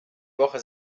woche